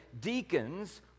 deacons